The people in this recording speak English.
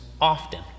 often